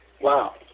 Wow